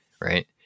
right